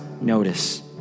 notice